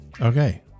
Okay